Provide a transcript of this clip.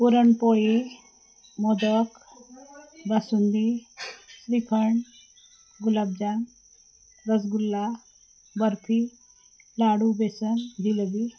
puran poli modak basundi shrikhand gulabjam rasgulla barfi ladoo besan jalebi